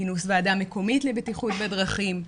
כינוס ועדה מקומית לבטיחות בדרכים.